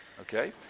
okay